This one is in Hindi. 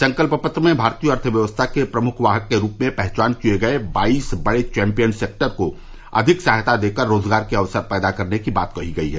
संकल्प पत्र में भारतीय अर्थव्यवस्था के प्रमुख वाहक के रूप में पहचान किये गये बाईस बड़े चैंपियन सैक्टर को अधिक सहायता देकर रोजगार के अवसर पैदा करने की बात कही गई है